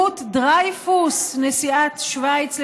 רות דרייפוס, נשיאת שווייץ לשעבר,